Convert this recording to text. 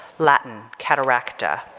latin cataracta